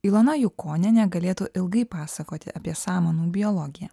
ilona jukonienė galėtų ilgai pasakoti apie samanų biologiją